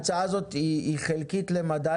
ההצעה הזאת היא חלקית למדי,